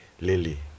Lily